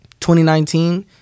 2019